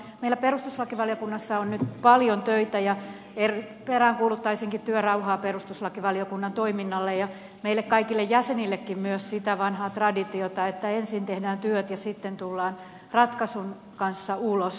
meillä perustuslakivaliokunnassa on nyt paljon töitä ja peräänkuuluttaisinkin työrauhaa perustuslakivaliokunnan toiminnalle ja meille kaikille jäsenillekin myös sitä vanhaa traditiota että ensin tehdään työt ja sitten tullaan ratkaisun kanssa ulos